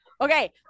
Okay